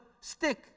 stick